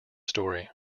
story